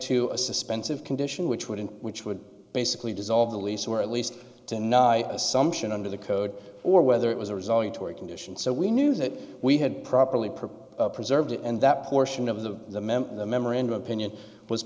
a suspense of condition which would in which would basically dissolve the lease or at least assumption under the code or whether it was a resulting torrie condition so we knew that we had properly prepared preserved and that portion of the memorandum opinion was